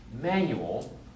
manual